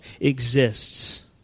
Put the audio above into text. exists